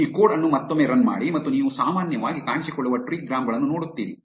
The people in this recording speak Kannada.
ಈ ಕೋಡ್ ಅನ್ನು ಮತ್ತೊಮ್ಮೆ ರನ್ ಮಾಡಿ ಮತ್ತು ನೀವು ಸಾಮಾನ್ಯವಾಗಿ ಕಾಣಿಸಿಕೊಳ್ಳುವ ಟ್ರಿಗ್ರಾಮ್ ಗಳನ್ನು ನೋಡುತ್ತೀರಿ